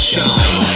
Shine